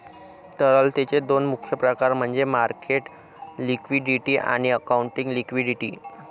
तरलतेचे दोन मुख्य प्रकार म्हणजे मार्केट लिक्विडिटी आणि अकाउंटिंग लिक्विडिटी